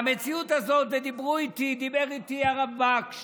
והמציאות הזאת, דיבר איתי הרב בקש